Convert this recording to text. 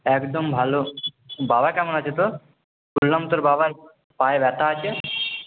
একদম ভালো বাবা কেমন আছে তোর শুনলাম তোর বাবার পায়ে ব্যথা আছে